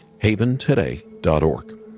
haventoday.org